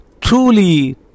truly